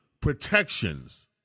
protections